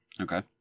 Okay